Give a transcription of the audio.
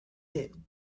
din